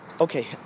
okay